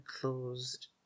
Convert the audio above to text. closed